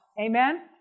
Amen